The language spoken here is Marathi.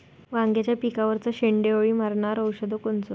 वांग्याच्या पिकावरचं शेंडे अळी मारनारं औषध कोनचं?